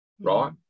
right